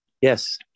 Yes